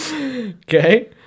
Okay